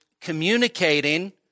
communicating